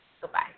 Goodbye